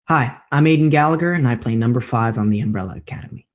hi, i'm aidan gallagher and i play number five on the umbrella academy.